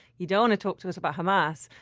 you don't want to talk to us about hamas,